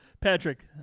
Patrick